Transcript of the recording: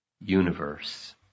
universe